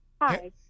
Hi